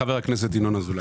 חבר הכנסת ינון אזולאי.